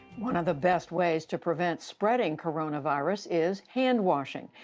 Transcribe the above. one of the best ways to prevent spreading coronavirus is handwashing.